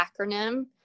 acronym